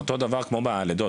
זה אותו דבר כמו בלידות.